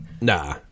Nah